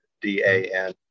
D-A-N